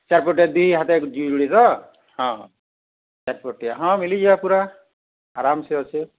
ଚାର ଫୁଟିଆ ଦି ହାତ ହଁ ଚାରଫୁଟିଆ ହଁ ମିଳି ଯିବାର ପୁରା ଆରାମ ସେ ଅଛି